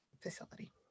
facility